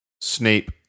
Snape